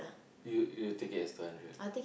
you you take it as two hundred